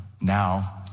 now